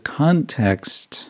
context